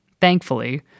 Thankfully